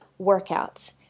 Workouts